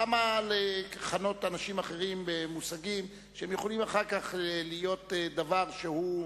למה לכנות אנשים אחרים במושגים שהם יכולים אחר כך להיות דבר שהוא,